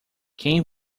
quem